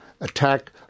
attack